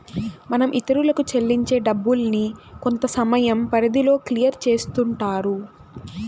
మనం ఇతరులకు చెల్లించే డబ్బుల్ని కొంతసమయం పరిధిలో క్లియర్ చేస్తుంటారు